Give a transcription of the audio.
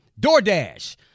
DoorDash